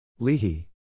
Lehi